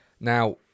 Now